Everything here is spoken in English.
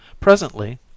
Presently